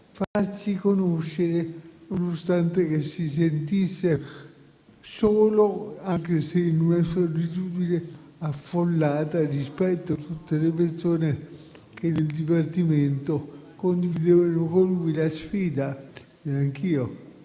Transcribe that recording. farsi conoscere, nonostante si sentisse solo, anche se in una solitudine affollata considerate tutte le persone che nel dipartimento condividevano con lui la sfida, anche